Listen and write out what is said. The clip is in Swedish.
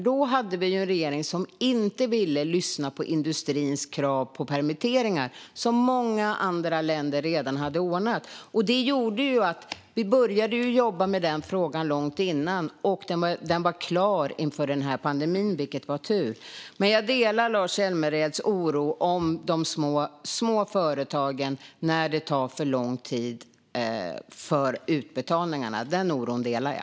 Då hade vi en regering som inte ville lyssna på industrins krav på permitteringar, som många andra länder redan hade ordnat. Det gjorde att vi började att jobba med den frågan långt tidigare och att den var klar inför denna pandemi, vilket var tur. Jag delar dock Lars Hjälmereds oro för de små företagen när utbetalningarna tar för lång tid; den oron delar jag.